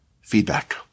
feedback